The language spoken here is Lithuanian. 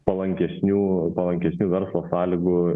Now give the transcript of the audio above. palankesnių palankesnių verslo sąlygų